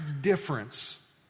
difference